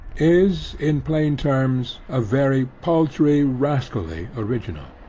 is in plain terms a very paltry rascally original.